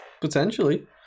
potentially